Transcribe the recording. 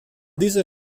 dieser